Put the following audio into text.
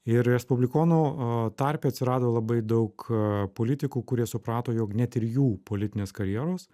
ir respublikonų tarpe atsirado labai daug politikų kurie suprato jog net ir jų politinės karjeros